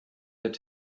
their